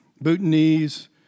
Bhutanese